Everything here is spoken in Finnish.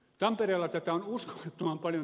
tampereella tätä on uskomattoman paljon